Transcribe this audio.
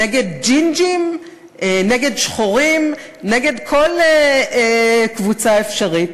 נגד ג'ינג'ים, נגד שחורים, נגד כל קבוצה אפשרית.